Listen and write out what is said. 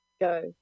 go